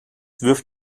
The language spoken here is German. wirft